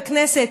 בכנסת.